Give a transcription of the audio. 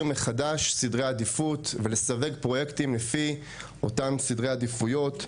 מחדש סדרי עדיפות ולסווג פרויקטים לפי אותם סדרי עדיפויות,